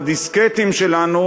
בדיסקטים שלנו,